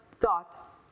thought